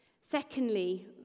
Secondly